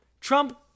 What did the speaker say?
Trump